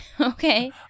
Okay